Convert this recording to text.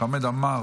חבר הכנסת חמד עמאר,